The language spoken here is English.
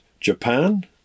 Japan